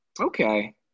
Okay